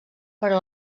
però